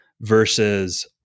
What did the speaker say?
versus